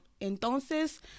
entonces